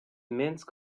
immense